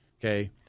Okay